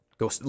Go